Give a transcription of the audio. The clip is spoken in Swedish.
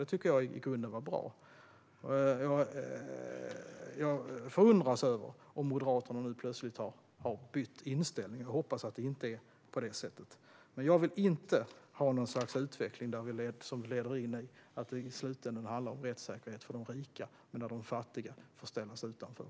Det tyckte jag i grunden var bra. Jag förundras om Moderaterna nu plötsligt har bytt inställning och hoppas att det inte är så. Jag vill inte ha en utveckling som i slutändan leder till en rättssäkerhet för de rika medan de fattiga ställs utanför.